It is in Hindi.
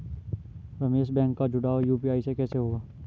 रमेश बैंक का जुड़ाव यू.पी.आई से कैसे होगा?